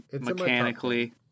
mechanically